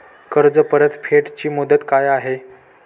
कर्ज परतफेड ची मुदत काय आहे?